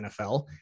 NFL